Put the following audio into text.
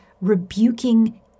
rebuking